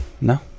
no